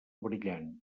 brillant